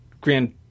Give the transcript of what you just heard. grand